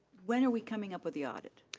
when are we coming up with the audit?